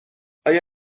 آیا